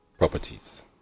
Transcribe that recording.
properties